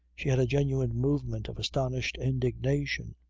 she had a genuine movement of astonished indignation.